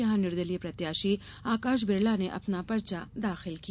यहां निर्दलीय प्रत्याशी आकाश बिरला ने अपना पर्चा दाखिल किया